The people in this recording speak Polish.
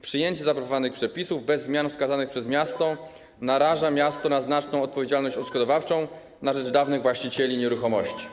Przyjęcie zaproponowanych przepisów bez zmian wskazanych przez miasto naraża miasto na znaczną odpowiedzialność odszkodowawczą na rzecz dawnych właścicieli nieruchomości.